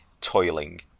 toiling